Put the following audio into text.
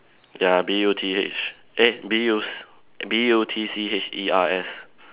ya B U T H eh B U s~ B U T C H E R S